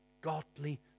godly